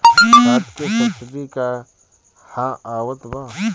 खाद के सबसिडी क हा आवत बा?